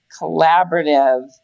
collaborative